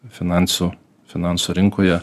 finansų finansų rinkoje